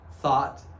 thought